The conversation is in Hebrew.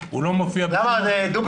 הוא לא מופיע --- דובי,